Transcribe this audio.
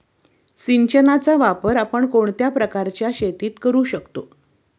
सिंचनाचा वापर आपण कोणत्या प्रकारच्या शेतीत करू शकतो?